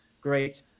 great